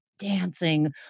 Dancing